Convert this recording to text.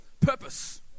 purpose